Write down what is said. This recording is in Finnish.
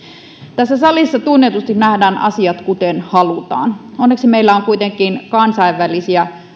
tässä salissa tunnetusti nähdään asiat kuten halutaan onneksi meillä on kuitenkin kansainvälisiä